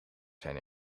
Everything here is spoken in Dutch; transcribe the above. zijn